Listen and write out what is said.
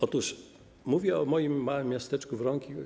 Otóż mówię o moim małym miasteczku Wronki.